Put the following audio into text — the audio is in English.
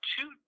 two